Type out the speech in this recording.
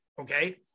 Okay